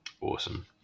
Awesome